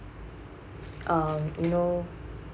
um you know